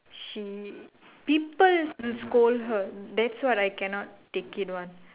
she people will scold her that's what I cannot take it one